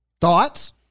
Thoughts